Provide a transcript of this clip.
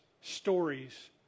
stories